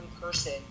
person